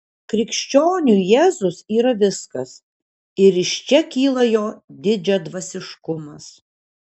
krikščioniui jėzus yra viskas ir iš čia kyla jo didžiadvasiškumas